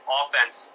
offense